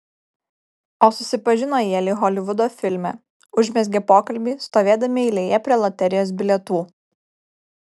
o susipažino jie lyg holivudo filme užmezgė pokalbį stovėdami eilėje prie loterijos bilietų